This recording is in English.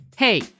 Hey